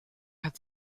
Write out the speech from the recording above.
hat